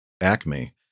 Acme